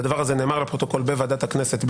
והדבר הזה נאמר לפרוטוקול בוועדת הכנסת.